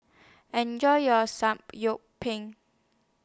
Enjoy your